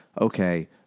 Okay